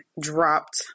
dropped